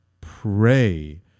pray